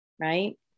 right